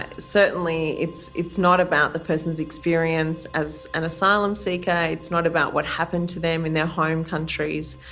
ah certainly it's it's not about the person's experience as an asylum seeker, it's not about what happened to them in their home countries.